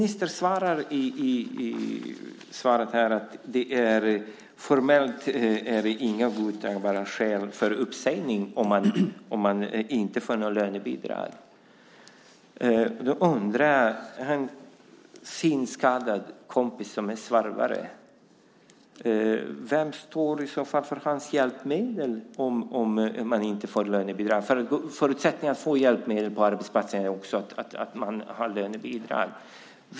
Ministern säger i sitt svar att "uteblivet lönebidrag inte är ett formellt godtagbart skäl för uppsägning". Jag har en synskadad kompis som är svarvare. Vem kommer att betala hans hjälpmedel om han inte får lönebidrag? Förutsättningen för att få hjälpmedel på arbetsplatsen är ju att man har lönebidrag.